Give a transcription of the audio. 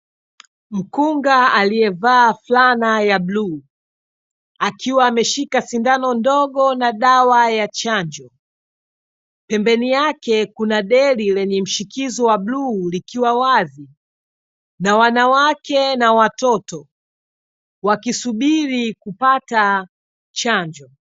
Mkunga aliyevaa fulana ya buluu akiwa ameshika sindano ndogo na dawa ya chanjo, pembeni yake kuna deli lenye mshikizo wa buluu likiwa wazi, na wanawake na watoto wakisubiri kupata chanjo.